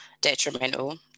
detrimental